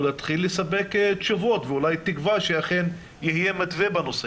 להתחיל לספק תשובות ואולי תשובה שאכן יהיה מתווה בנושא.